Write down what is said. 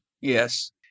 Yes